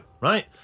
right